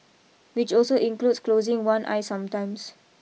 which also includes closing one eye sometimes